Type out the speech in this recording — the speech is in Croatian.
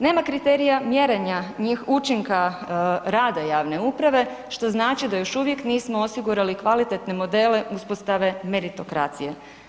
Nema kriterija mjerenja ni učinka rada javne uprave, što znači da još uvijek nismo osigurali kvalitetne modele uspostave meritokracije.